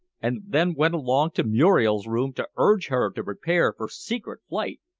and then went along to muriel's room to urge her to prepare for secret flight.